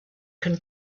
can